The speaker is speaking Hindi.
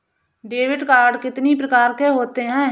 डेबिट कार्ड कितनी प्रकार के होते हैं?